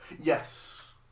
yes